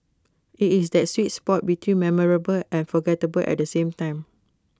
IT is that sweet spot between memorable and forgettable at the same time